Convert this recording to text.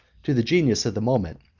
to the genius of the moment,